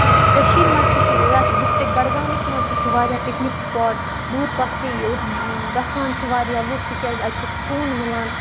کٔشیٖرِ منٛز تہِ چھِ یَتھ ڈِسٹرِک بَڈگامَس منز تہِ چھِ واریاہ پِکنِک سپاٹ دوٗد پَتھری یۆت گژھان چھُ واریاہ لُکھ تِکیازِ اَتہِ چھُ سکوٗن مِلان